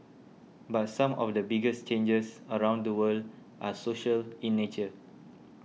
but some of the biggest changes around the world are social in nature